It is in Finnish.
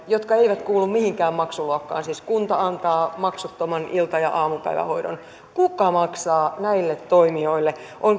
jotka eivät kuulu mihinkään maksuluokkaan siis joille kunta antaa maksuttoman ilta ja aamupäivähoidon kuka maksaa näille toimijoille on